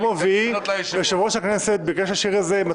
ביום רביעי יושב-ראש הכנסת ביקש להשאיר את השעות הרגילות.